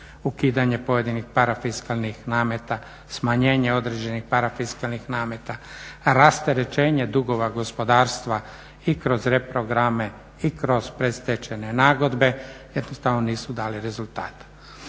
ukidanje pojedinih parafiskalnih nameta, smanjenje određenih parafiskalnih nameta, rasterećenje dugova gospodarstva i kroz reprograme i kroz predstečajne nagodbe jednostavno nisu dali rezultata.